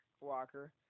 Walker